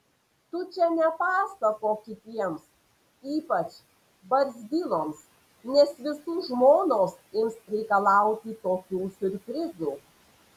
tu čia nepasakok kitiems ypač barzdyloms nes visų žmonos ims reikalauti tokių siurprizų